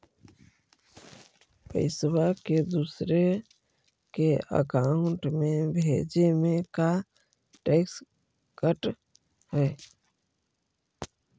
पैसा के दूसरे के अकाउंट में भेजें में का टैक्स कट है?